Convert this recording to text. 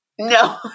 No